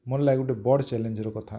ମୋର୍ ଲାଗି ଗୋଟେ ବଡ଼୍ ଚ୍ୟାଲେଞ୍ଜର କଥା